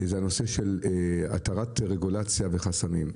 הוא הנושא של התרת רגולציה וחסמים.